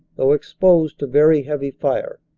though exposed to very heavy fire,